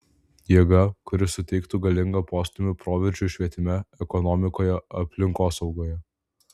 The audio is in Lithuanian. jėga kuri suteiktų galingą postūmį proveržiui švietime ekonomikoje aplinkosaugoje